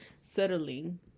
settling